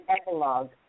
epilogue